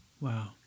Wow